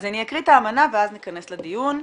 אני אקריא את האמנה וניכנס לדיון: